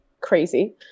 crazy